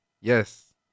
Yes